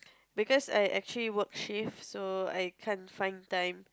because I actually work shifts so I can't find time